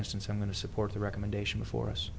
instance i'm going to support the recommendation for us